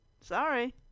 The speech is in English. Sorry